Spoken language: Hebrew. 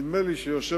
נדמה לי שיושבת-ראש